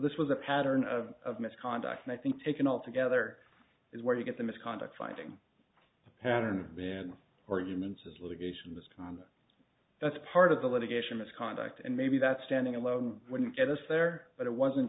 this was a pattern of misconduct and i think taken all together is where you get the misconduct finding a pattern been or humans as litigation misconduct that's part of the litigation misconduct and maybe that standing alone wouldn't get us there but it wasn't